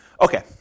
Okay